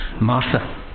Martha